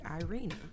Irina